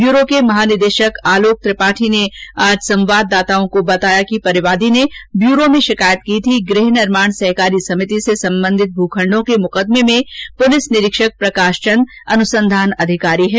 bureau के महानिदेषक आलोक त्रिपाठी ने आज संवाददाताओं को बताया कि परिवादी ने ब्यूरो में षिकायत की थी कि गृह निर्माण सहकारी समिति से संबंधित भूखंडों के मुकदमों में पुलिस निरीक्षक प्रकाश चंद अनुसंधान अधिकारी है